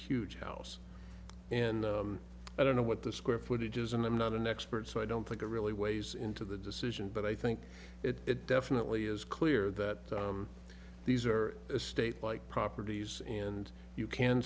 huge house and i don't know what the square footage is and i'm not an expert so i don't think i really weighs into the decision but i think it definitely is clear that these are state like properties and you can